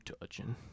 touching